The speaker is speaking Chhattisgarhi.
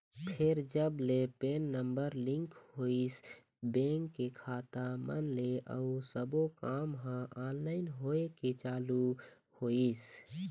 फेर जब ले पेन नंबर लिंक होइस बेंक के खाता मन ले अउ सब्बो काम ह ऑनलाइन होय के चालू होइस